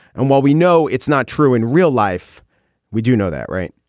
and while we know it's not true in real life we do know that right.